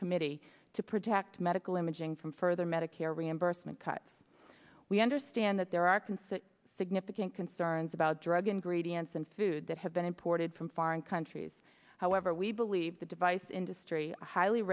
committee to protect medical imaging from further medicare reimbursement cuts we understand that there are concerns significant concerns about drug ingredients and food that have been imported from foreign countries however we believe the device industry a highly